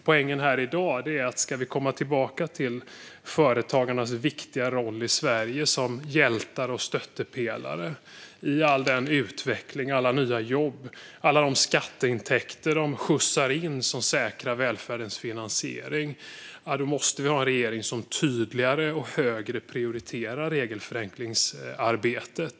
Poängen här i dag är att om vi ska komma tillbaka till företagarnas viktiga roll i Sverige som hjältar och stöttepelare i all utveckling, för alla nya jobb och för alla skatteintäkter som de skjutsar in och som säkrar välfärdens finansiering måste vi ha en regering som tydligare och högre prioriterar regelförenklingsarbetet.